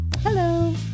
Hello